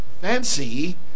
fancy